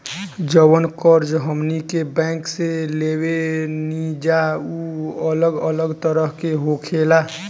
जवन कर्ज हमनी के बैंक से लेवे निजा उ अलग अलग तरह के होखेला